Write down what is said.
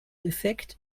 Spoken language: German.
effekt